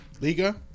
Liga